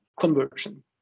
conversion